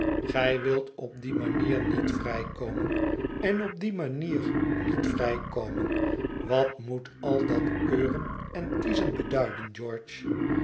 gij wilt op die manier niet vrij komen en op die manier niet vrij komen wat moet al dat keuren en kiezen beduiden george